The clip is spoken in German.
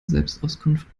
selbstauskunft